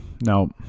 Now